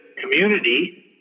community